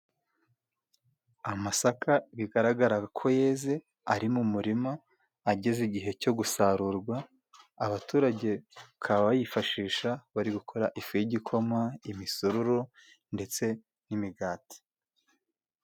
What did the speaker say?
Amasaka bigaragaraga ko yeze ari mu murima ageze igihe cyo gusarurwa. Abaturage bakaba bayifashisha bari gukora ifu y'igikoma, imisororo ndetse n'imigati.